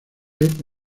life